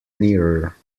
nearer